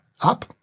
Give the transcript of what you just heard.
up